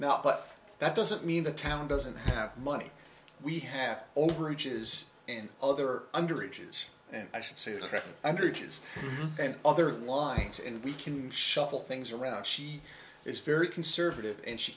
now but that doesn't mean the town doesn't have money we have overages and other underage use and i should say underage kids and other lines and we can shuffle things around she is very conservative and she